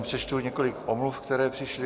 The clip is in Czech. Přečtu několik omluv, které přišly.